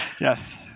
Yes